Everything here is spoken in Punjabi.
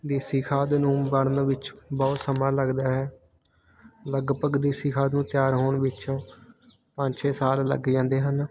ਦੇਸੀ ਖਾਦ ਨੂੰ ਬਣਨ ਵਿਚ ਬਹੁਤ ਸਮਾਂ ਲੱਗਦਾ ਹੈ ਲਗਭਗ ਦੇਸੀ ਖਾਦ ਨੂੰ ਤਿਆਰ ਹੋਣ ਵਿੱਚ ਪੰਜ ਛੇ ਸਾਲ ਲੱਗ ਜਾਂਦੇ ਹਨ